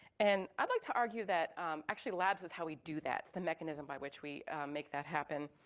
and i like to argue that actually labs is how we do that, the mechanism by which we make that happen.